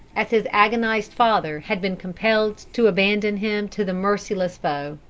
as his agonised father had been compelled to abandon him to the merciless foe.